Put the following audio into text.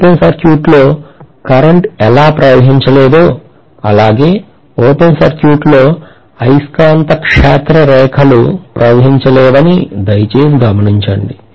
open సర్క్యూట్లో current ఎలా ప్రవహించలేదో అలాగే ఓపెన్ సర్క్యూట్లో అయస్కాంత క్షేత్ర రేఖలు ప్రవహించలేవని దయచేసి గమనించండి